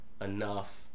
enough